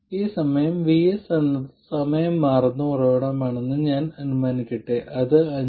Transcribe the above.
ഈ സമയം VS എന്നത് സമയം മാറുന്ന ഉറവിടമാണെന്ന് ഞാൻ അനുമാനിക്കട്ടെ അത് 5